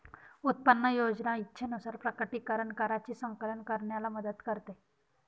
उत्पन्न योजना इच्छेनुसार प्रकटीकरण कराची संकलन करण्याला मदत करते